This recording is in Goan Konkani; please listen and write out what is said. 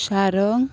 शारंग